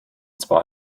zwar